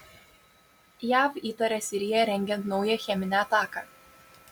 jav įtaria siriją rengiant naują cheminę ataką